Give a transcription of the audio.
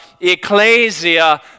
ecclesia